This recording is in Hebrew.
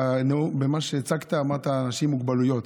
במה שהצגת אמרת: אנשים בעלי מוגבלויות.